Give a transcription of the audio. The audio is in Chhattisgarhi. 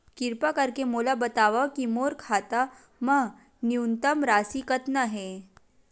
किरपा करके मोला बतावव कि मोर खाता मा न्यूनतम राशि कतना हे